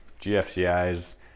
gfcis